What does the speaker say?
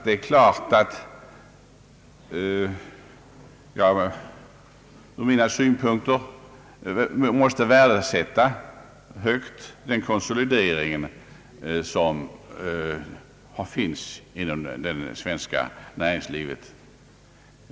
Det är klart att jag ur min synvinkel måste sätta högt värde på den konsolidering som finns inom det svenska näringslivet.